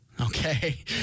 okay